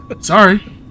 sorry